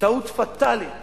טעות פטאלית